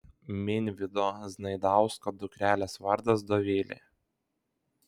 minvydo znaidausko dukrelės vardas dovilė